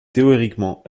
théoriquement